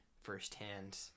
firsthand